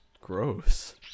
Gross